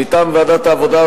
מטעם ועדת העבודה,